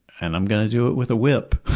and i'm going to do it with a whip?